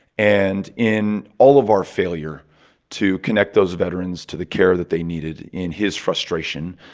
and in all of our failure to connect those veterans to the care that they needed, in his frustration,